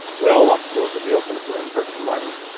we all want schools to be open for in person learning,